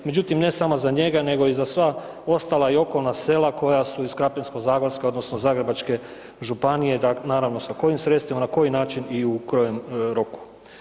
Međutim ne samo za njega nego i za sva ostala okolna sela koja su iz Krapinsko-zagorske odnosno Zagrebačke županije naravno sa kojim sredstvima i na koji način i u kojem roku.